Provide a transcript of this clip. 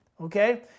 okay